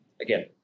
again